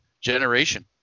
generation